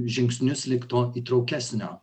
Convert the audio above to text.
žingsnius lyg to įtraukesnio